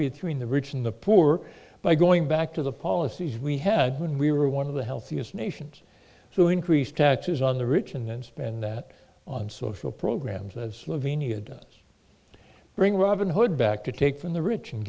between the rich and the poor by going back to the policies we had when we were one of the healthiest nations so increase taxes on the rich and then spend that on social programs as slovenia does bring robin hood back to take from the rich and